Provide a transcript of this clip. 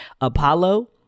Apollo